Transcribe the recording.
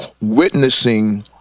witnessing